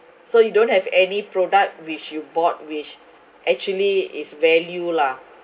so you don't have any product which you bought which actually is value lah